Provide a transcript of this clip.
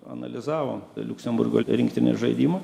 analizavom liuksemburgo rinktinės žaidimą